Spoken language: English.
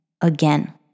Again